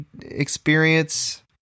experience